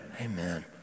Amen